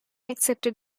accepted